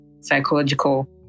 psychological